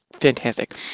fantastic